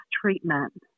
treatment